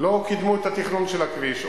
לא קידמו את התכנון של הכביש.